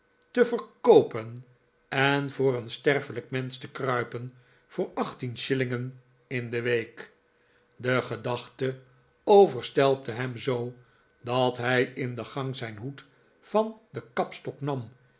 te verkoopen en voor een sterfelijk mensch te kruipen voor achttien shillingen in de week de gedachte overstelpte hem zoo dat hij in de gang zijn hoed van den kapstok nm